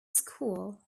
school